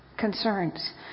Concerns